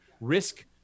risk